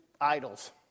idols